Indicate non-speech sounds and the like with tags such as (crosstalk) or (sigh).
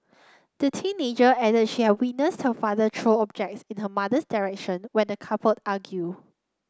the teenager added she (unintelligible) witnessed her father throw objects in her mother's direction when the couple argued